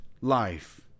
life